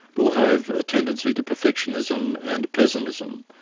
will have a tendency to perfectionism and pessimism.